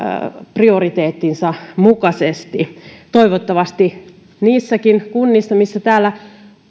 prioriteettinsa mukaisesti toivottavasti niissäkin kunnissa missä täällä